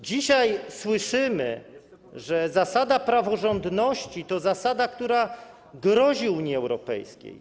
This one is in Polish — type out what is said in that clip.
Dzisiaj słyszymy, że zasada praworządności to zasada, która grozi Unii Europejskiej.